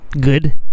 good